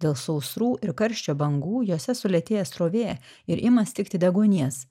dėl sausrų ir karščio bangų jose sulėtėja srovė ir ima stigti deguonies